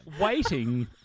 Waiting